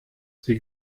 sie